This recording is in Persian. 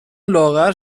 لاغر